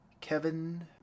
Kevin